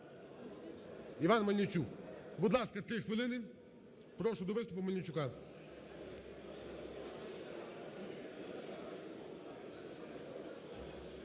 Іван Мельничук. Будь ласка, 3 хвилини, прошу до виступу Мельничука.